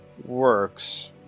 works